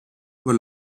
were